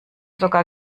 sogar